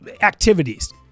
activities